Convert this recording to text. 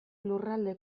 lurralde